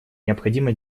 необходимо